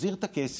מחזיר את הכסף.